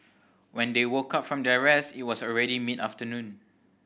when they woke up from their rest it was already mid afternoon